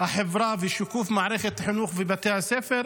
החברה ושיקוף מערכת החינוך ובתי הספר,